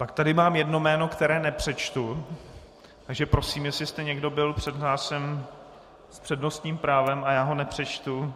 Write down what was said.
Pak tady mám jedno jméno, které nepřečtu, takže prosím, jestli jste někdo byl přihlášen s přednostním právem a já ho nepřečtu...